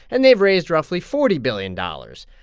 and they've raised roughly forty billion dollars.